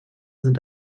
sind